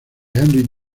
henry